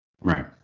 Right